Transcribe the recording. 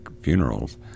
funerals